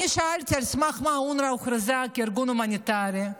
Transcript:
אני שאלתי על סמך מה אונר"א הוכרזה כארגון הומניטרי,